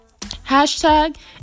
hashtag